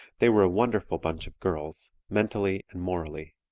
they were a wonderful bunch of girls, mentally and morally.